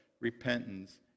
repentance